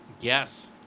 Yes